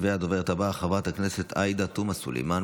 הדוברת הבאה היא חברת הכנסת עאידה תומא סלימאן.